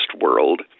world